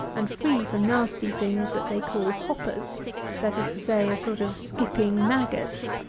and free from nasty things that they call hoppers that is to say, a sort of skipping maggots,